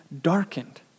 darkened